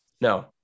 No